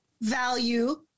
value